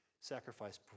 sacrifice